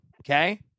Okay